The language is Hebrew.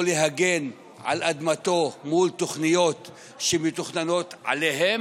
להגן על אדמתו מול תוכניות שמתוכננות עליה,